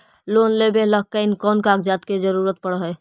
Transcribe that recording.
Loan लेबे ल कैन कौन कागज के जरुरत पड़ है?